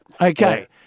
Okay